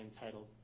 entitled